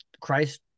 Christ